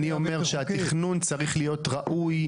אני אומר שהתכנון צריך להיות ראוי,